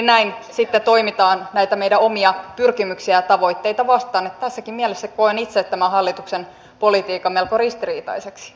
näin sitten toimitaan näitä meidän omia pyrkimyksiämme ja tavoitteitamme vastaan niin että tässäkin mielessä koen itse tämän hallituksen politiikan melko ristiriitaiseksi